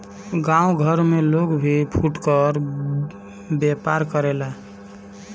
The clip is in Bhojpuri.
गांव घर में लोग भी फुटकर व्यवसाय करेला